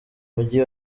mujyi